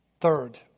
Third